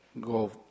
go